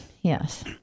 Yes